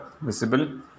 visible